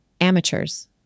Amateurs